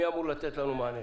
מי אמור לתת לנו מענה?